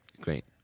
Great